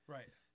Right